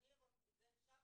שם